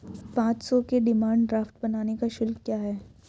पाँच सौ के डिमांड ड्राफ्ट बनाने का शुल्क क्या है?